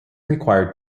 required